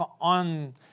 on